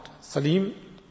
Salim